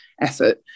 Effort